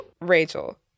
Rachel